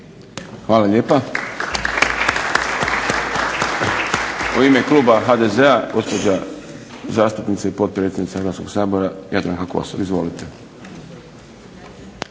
Hvala lijepa. U ime kluba HDZ-a gospođa zastupnica i potpredsjednica Hrvatskog sabora Jadranka Kosor. Izvolite.